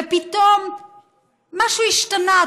ופתאום משהו השתנה,